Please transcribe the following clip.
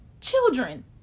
children